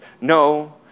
No